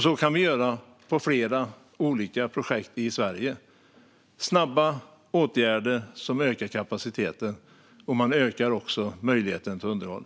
Så kan vi göra på flera olika projekt i Sverige: snabba åtgärder som ökar kapaciteten, och man ökar också möjligheten till underhåll.